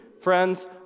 Friends